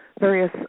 various